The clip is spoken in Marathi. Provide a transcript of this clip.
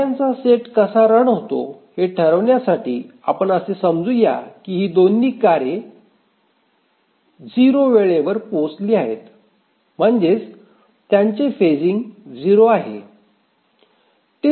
कार्यांचा सेट कसा रन होतो हे ठरवण्यासाठी आपण असे समजू या की ही दोन्ही कार्ये ० वेळेवर पोचली आहेत म्हणजेच त्यांचे फेजिंग ० आहे